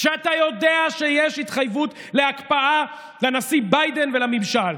כשאתה יודע שיש התחייבות להקפאה לנשיא ביידן ולממשל.